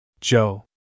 Joe